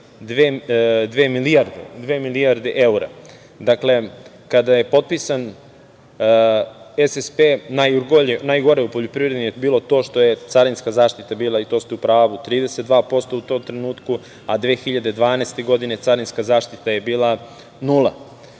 milijarde evra. Kada je potpisan SSP, najgore u poljoprivredi je bilo to što je carinska zaštita bila i to ste u pravu, 32% u tom trenutku, a 2012. godine carinska zaštita je bila nula,